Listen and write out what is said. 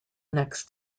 next